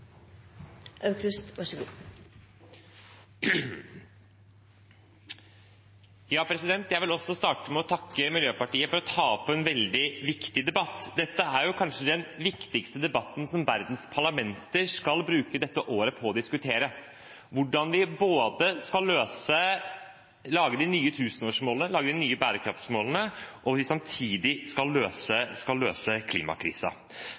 vil også starte med å takke Miljøpartiet De Grønne for å ta opp en veldig viktig debatt. Dette er kanskje den viktigste debatten som verdens parlamenter skal bruke dette året på å diskutere: Hvordan vi både skal lage de nye tusenårsmålene, lage de nye bærekraftmålene og samtidig løse klimakrisen. Vi